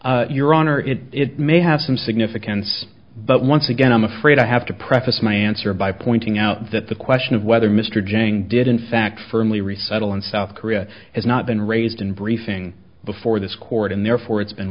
honor it it may have some significance but once again i'm afraid i have to preface my answer by pointing out that the question of whether mr jang did in fact firmly resettle in south korea has not been raised in briefing before this court and therefore it's been